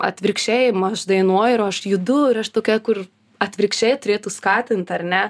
atvirkščiai aš dainuoju ir aš judu ir aš tokia kur atvirkščiai turėtų skatint ar ne